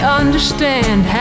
understand